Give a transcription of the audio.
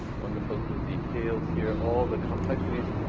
wonderful little details here, all the complexities.